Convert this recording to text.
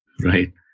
Right